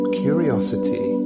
curiosity